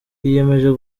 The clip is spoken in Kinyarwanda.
yiyemeje